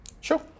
sure